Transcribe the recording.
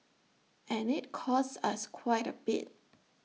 and IT costs us quite A bit